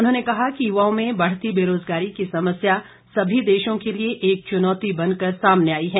उन्होंने कहा कि युवाओं में बढ़ती बेरोजगारी की समस्या सभी देशों के लिए एक चुनौती बन कर सामने आई है